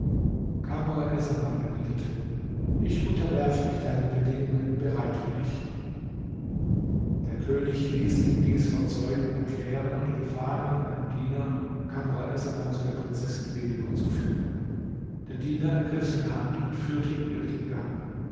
essaman erwiderte ich unterwerfe mich deinen bedingungen bereitwillig der könig ließ ihn dies vor zeugen erklären und befahl nun einem diener kamr essaman zu der prinzessin bedur zu führen der diener ergriff seine hand und führte ihn durch den gang